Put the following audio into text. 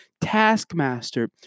Taskmaster